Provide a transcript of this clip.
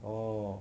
orh